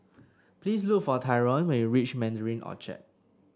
please look for Tyron when you reach Mandarin Orchard